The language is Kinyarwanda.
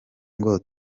ngo